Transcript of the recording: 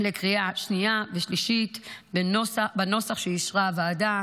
לקריאה שנייה ושלישית בנוסח שאישרה הוועדה.